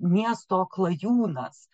miesto klajūnas